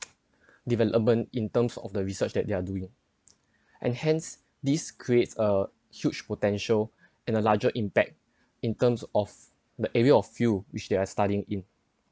development in terms of the research that they are doing and hence this creates a huge potential in a larger impact in terms of the area of fuel which they are studying in